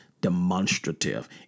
demonstrative